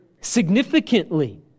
Significantly